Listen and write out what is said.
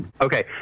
Okay